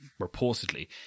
reportedly